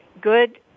good